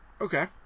Okay